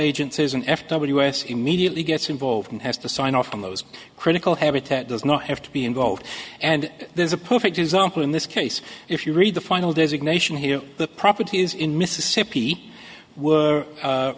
agencies n f ws immediately gets involved and has to sign off on those critical habitat does not have to be involved and there's a perfect example in this case if you read the final days of nation here the property is in mississippi were